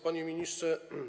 Panie Ministrze!